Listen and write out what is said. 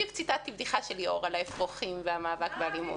בדיוק ציטטתי בדיחה של ליאור על האפרוחים והמאבק באלימות.